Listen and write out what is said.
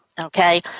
okay